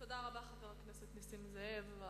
תודה לחבר הכנסת נסים זאב.